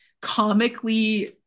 comically